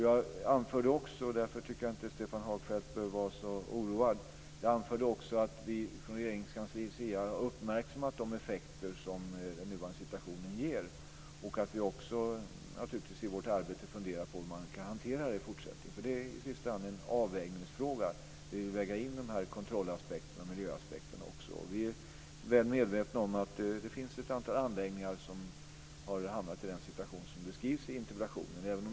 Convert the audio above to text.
Jag anförde också - och därför tycker jag inte Stefan Hagfeldt behöver vara så oroad - att vi från Regeringskansliets sida har uppmärksammat de effekter som den nuvarande situationen ger och att vi i vårt arbete funderar på hur man kan hantera detta i fortsättningen. I sista hand är det en avvägningsfråga att lägga in kontroll och miljöaspekterna. Vi är väl medvetna om att det finns ett antal anläggningar som har hamnat i den situation som beskrivs i interpellationen.